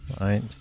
Right